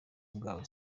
bwawe